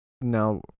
now